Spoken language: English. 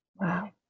Wow